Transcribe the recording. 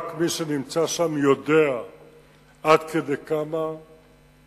רק מי שנמצא שם יודע עד כמה בקלות